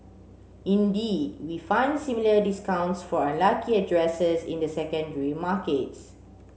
indeed we find similar discounts for unlucky addresses in the secondary markets